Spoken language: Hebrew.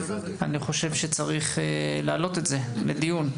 אני חושב שצריך להעלות את זה לדיון,